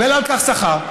קיבל על כך שכר.